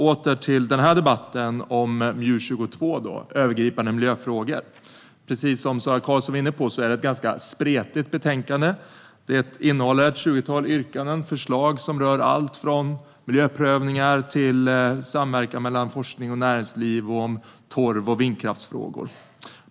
Åter till debatten om MJU22 Övergripande miljöfrågor . Precis som Sara Karlsson var inne på är det ett spretigt betänkande. Det innehåller ett tjugotal yrkanden och förslag som rör allt från miljöprövningar till samverkan mellan forskning och näringsliv samt torv och vindkraftsfrågor.